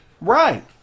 Right